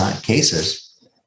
cases